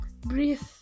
breathe